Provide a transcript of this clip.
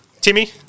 Timmy